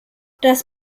das